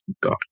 God